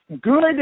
good